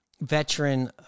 veteran